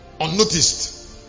unnoticed